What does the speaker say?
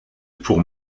pour